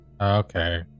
Okay